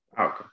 Okay